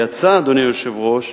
יצא, אדוני היושב-ראש,